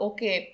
Okay